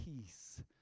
peace